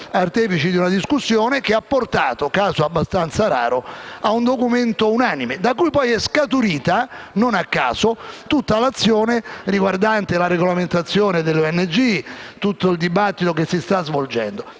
artefici di una discussione che ha portato, caso abbastanza raro, all'approvazione di un documento unanime, dal quale poi è scaturita, non a caso, tutta l'azione riguardante la regolamentazione delle ONG e il dibattito che si sta svolgendo.